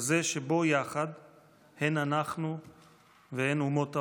כזה שבו הן אנחנו והן אומות העולם,